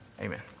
Amen